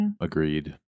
Agreed